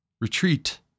Retreat